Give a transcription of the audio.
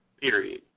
period